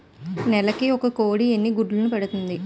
నెలకి ఒక కోడి ఎన్ని గుడ్లను పెడుతుంది?